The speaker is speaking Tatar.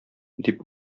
дип